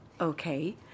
Okay